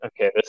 Okay